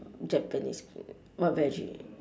japanese food what veggie